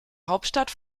hauptstadt